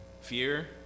Fear